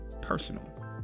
personal